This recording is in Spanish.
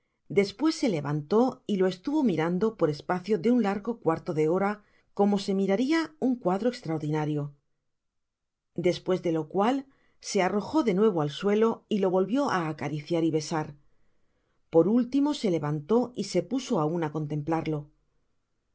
despues se levantó y lo estuvo mirando por espacio de un largo cuarto de hora como se miraria un cuadro estraordinario despues de lo cual se arrojó de nuevo al suelo y lo volvio á acariciar y besar por titirmo sé'levantó y se pus ara contemplarlo